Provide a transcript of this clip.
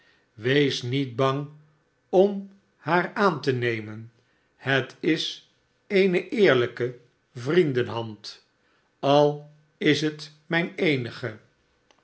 wees niet bang om haar aan te nemen het is eene eerlijke vriendenhand al is het mijne eenige